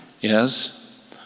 yes